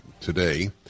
today